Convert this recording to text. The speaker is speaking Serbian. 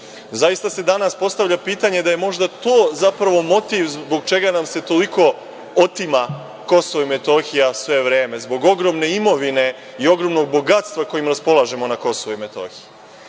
Zaista, se danas postavlja pitanje da je možda to zapravo motiv zbog čega nam se toliko otima Kosovo i Metohija sve vreme zbog ogromne imovine i ogromnog bogatstva kojim raspolažemo na Kosovu i Metohiji. Nisam